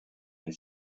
and